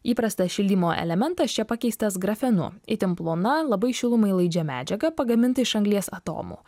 įprastas šildymo elementas čia pakeistas grafenu itin plona labai šilumai laidžia medžiaga pagaminta iš anglies atomų